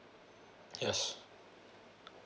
yes